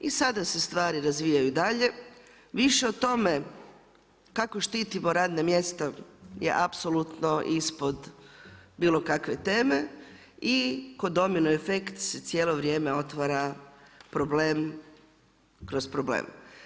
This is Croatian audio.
I sad se stvari razvijaju dalje, više o tome, kako štitimo radna mjesta je apsolutno ispod bilo kakve teme i ko domino efekt se cijelo vrijeme otvara problem kroz problem.